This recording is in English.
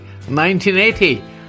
1980